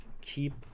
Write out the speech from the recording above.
Keep